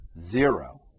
zero